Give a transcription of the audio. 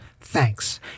Thanks